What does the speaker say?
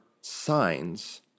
signs